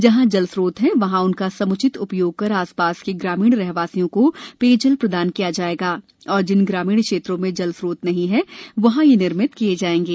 जहाँ जलस्त्रोत हैं वहाँ उनका समुचित उपयोग कर आसपास के ग्रामीण रहवासियों को पेयजल प्रदाय किया जायेगा और जिन ग्रामीण क्षेत्रों में जलस्त्रोत नहीं हैं वहाँ यह निर्मित किए जायेंगे